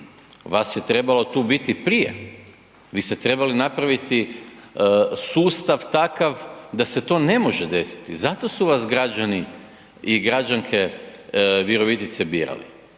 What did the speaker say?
Vas je trebalo tu biti prije, vi ste trebali napraviti sustav takav da se to ne može desiti, zato su vas građani i građanke Virovitice birali.